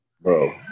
Bro